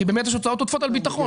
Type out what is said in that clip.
כי באמת יש שם הוצאות עודפות על ביטחון.